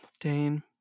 Dane